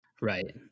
Right